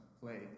play